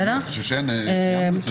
יש פה עוד